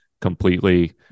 completely